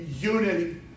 unity